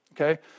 okay